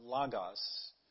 Lagos